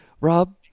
Rob